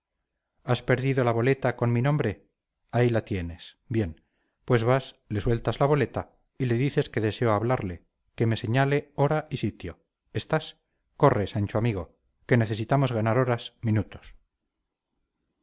has perdido la boleta con mi nombre ahí la tienes bien pues vas le sueltas la boleta y le dices que deseo hablarle que me señale hora y sitio estás corre sancho amigo que necesitamos ganar horas minutos